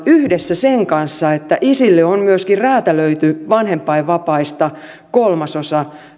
yhdessä sen toimen kanssa että isille on räätälöity vanhempainvapaista kolmasosa